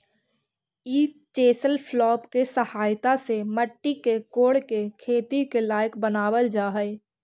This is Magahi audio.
ई चेसल प्लॉफ् के सहायता से मट्टी के कोड़के खेती के लायक बनावल जा हई